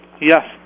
Yes